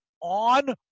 on